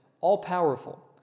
all-powerful